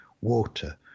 water